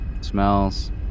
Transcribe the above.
smells